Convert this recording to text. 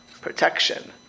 Protection